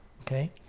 okay